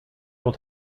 will